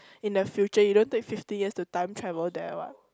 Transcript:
in the future you don't take fifty years to time travel there what